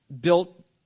built